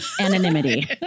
anonymity